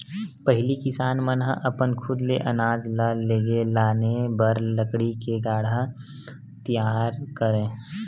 पहिली किसान मन ह अपन खुद ले अनाज ल लेगे लाने बर लकड़ी ले गाड़ा तियार करय